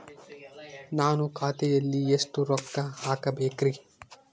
ನಾನು ಖಾತೆಯಲ್ಲಿ ಎಷ್ಟು ರೊಕ್ಕ ಹಾಕಬೇಕ್ರಿ?